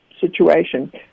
situation